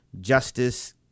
Justice